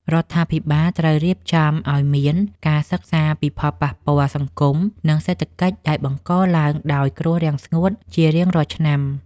រដ្ឋាភិបាលត្រូវរៀបចំឱ្យមានការសិក្សាពីផលប៉ះពាល់សង្គម និងសេដ្ឋកិច្ចដែលបង្កឡើងដោយគ្រោះរាំងស្ងួតជារៀងរាល់ឆ្នាំ។